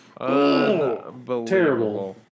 Terrible